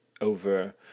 over